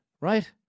right